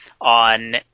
on